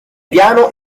piano